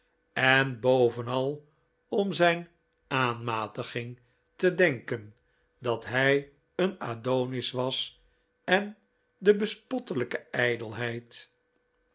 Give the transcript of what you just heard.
en bovenal om zijn aanmatiging te denken dat hij een adonis was en de bespottelijke